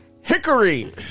Hickory